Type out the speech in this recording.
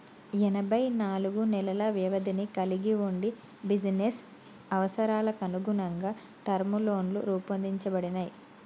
ఎనబై నాలుగు నెలల వ్యవధిని కలిగి వుండి బిజినెస్ అవసరాలకనుగుణంగా టర్మ్ లోన్లు రూపొందించబడినయ్